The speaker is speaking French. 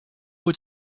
mot